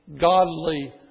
godly